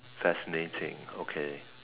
fascinating okay